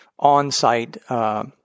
on-site